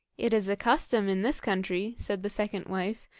it is a custom in this country, said the second wife,